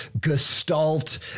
gestalt